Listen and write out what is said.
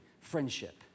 friendship